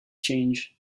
change